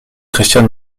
christian